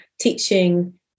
teaching